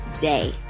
day